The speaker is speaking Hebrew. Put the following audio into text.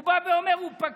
הוא בא ואומר: הוא פקיד